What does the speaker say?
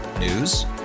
News